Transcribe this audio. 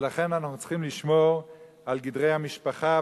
ולכן אנחנו צריכים לשמור על גדרי המשפחה,